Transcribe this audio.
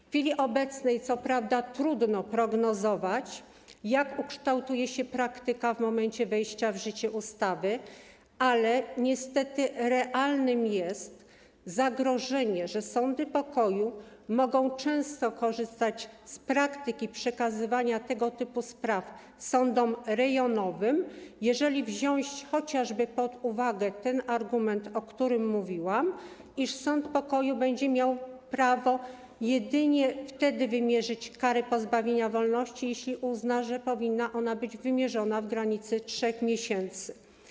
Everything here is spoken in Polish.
W chwili obecnej trudno prognozować, jak ukształtuje się praktyka w momencie wejścia w życie ustawy, ale niestety realne jest zagrożenie, że sądy pokoju mogą często korzystać z praktyki przekazywania tego typu spraw sądom rejonowym, chociażby jeżeli wziąć pod uwagę ten argument, o którym mówiłam, iż sąd pokoju będzie miał prawo jedynie wtedy wymierzyć karę pozbawienia wolności, jeśli uzna, że powinna być wymierzona w granicy 3 miesięcy.